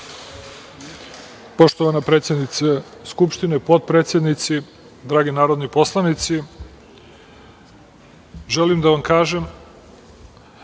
Poštovana predsednice Skupštine, potpredsednici, dragi narodni poslanici, želim da vam kažem